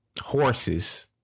horses